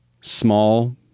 small